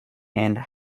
and